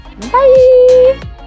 Bye